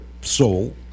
soul